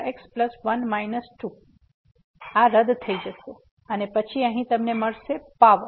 તેથી આ રદ થઈ જશે અને પછી અહીં તમને મળશે પાવર